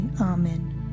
Amen